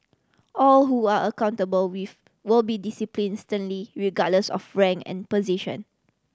all who are accountable wave will be discipline sternly regardless of rank and position